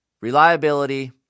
reliability